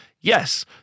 Yes